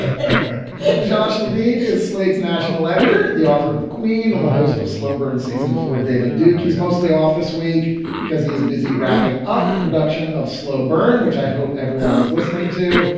ah josh levine is slate's national editor, the author of the queen and the host of slow burn season for david duke. he's mostly off this week because he is busy wrapping up production of slow burn, which i hope everyone is listening to.